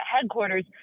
headquarters